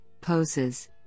poses